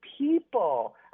people